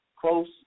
close